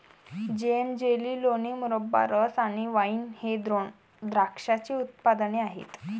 जेम, jelly, लोणी, मुरब्बा, रस आणि वाइन हे द्राक्षाचे उत्पादने आहेत